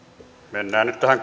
mennään nyt tähän